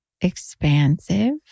expansive